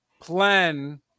plan